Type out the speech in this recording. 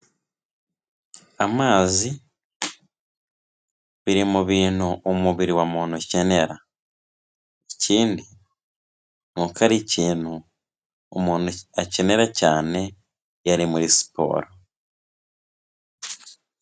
Amazi, biri mu bintu umubiri wa muntu ukenera, ikindi ni uko ari ikintu umuntu akenera cyane iyo ari muri siporo.